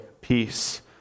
peace